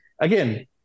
again